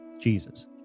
jesus